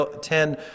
ten